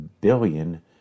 billion